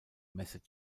message